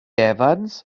evans